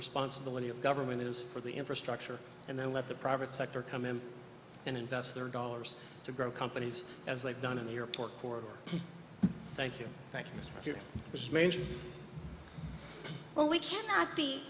responsibility of government is for the infrastructure and then let the private sector come in and invest their dollars to grow companies as they've done in the airport for thank you thank you mr bush manges well we cannot be